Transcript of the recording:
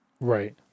Right